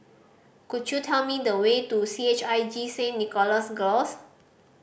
could you tell me the way to C H I J Saint Nicholas Girls